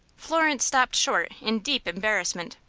florence stopped short in deep embarrassment.